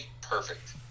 perfect